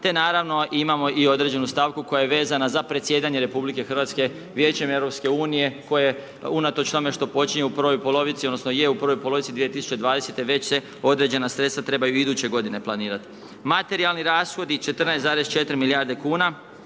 te naravno imamo i određenu stavku, koja je vezana za predsjedanjem RH Vijećem EU koje unatoč tome što počinje u prvoj polovici, odnosno, je u prvoj polovici 2020. već se određena sredstva trebaju i iduće g. planirati. Materijalni rashodi 14,4 milijardi kn,